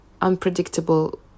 unpredictable